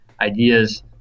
ideas